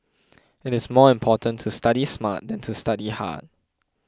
it is more important to study smart than to study hard